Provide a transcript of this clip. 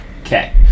Okay